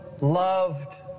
loved